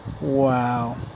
Wow